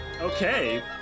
Okay